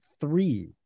three